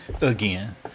again